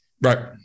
Right